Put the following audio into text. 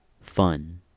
fun